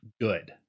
good